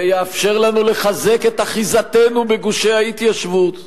זה יאפשר לנו לחזק את אחיזתנו בגושי ההתיישבות.